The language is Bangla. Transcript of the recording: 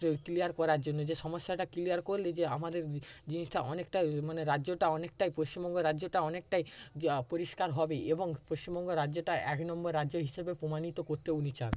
ক্লিয়ার করার জন্য যে সমস্যাটা ক্লিয়ার করলে যে আমাদের জিনিসটা অনেকটা মানে রাজ্যটা অনেকটাই পশ্চিমবঙ্গ রাজ্যটা অনেকটাই পরিষ্কার হবে এবং পশ্চিমবঙ্গ রাজ্যটা এক নম্বর রাজ্য হিসাবে প্রমাণিত করতে উনি চান